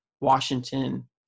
Washington